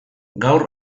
gaur